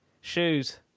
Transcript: Shoes